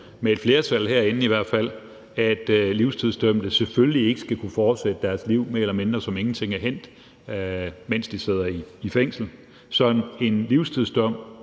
med et flertal herinde i hvert fald får slået fast, at livstidsdømte selvfølgelig ikke skal kunne fortsætte deres liv mere eller mindre, som om ingenting er hændt, mens de sidder i fængsel, men så en livstidsdom